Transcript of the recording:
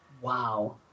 Wow